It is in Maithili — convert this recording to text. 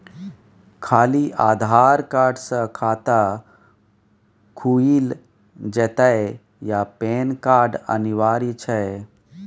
खाली आधार कार्ड स खाता खुईल जेतै या पेन कार्ड अनिवार्य छै?